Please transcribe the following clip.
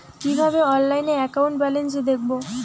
কিভাবে অনলাইনে account balance দেখবো?